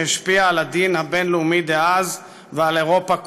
שהשפיע על הדין הבין-לאומי דאז ועל אירופה כולה.